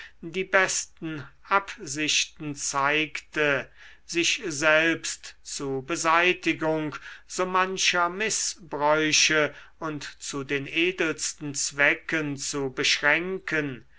die besten absichten zeigte sich selbst zu beseitigung so mancher mißbräuche und zu den edelsten zwecken zu beschränken